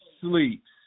sleeps